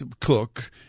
cook